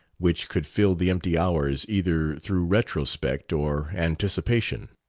which could fill the empty hours either through retrospect or anticipation.